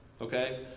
Okay